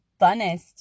funnest